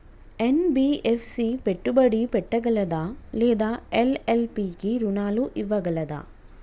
NBFC పెట్టుబడి పెట్టగలదా లేదా ఎల్.ఎల్.పి కి రుణాలు ఇవ్వగలదా?